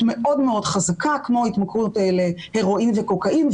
מאוד חזקה כמו התמכרות להרואין וקוקאין,